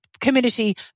community